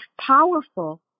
powerful